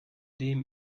dem